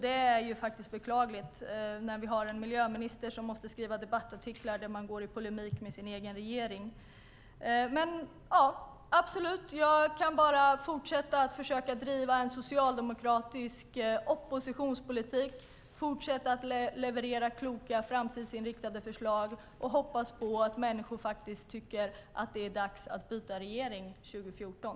Det är beklagligt att vi har en miljöminister som måste skriva debattartiklar där hon går i polemik med sin egen regering. Jag kan bara fortsätta driva en socialdemokratisk oppositionspolitik, fortsätta leverera kloka, framtidsinriktade förslag och hoppas att människor tycker att det är dags att byta regering 2014.